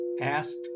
Asked